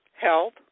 Health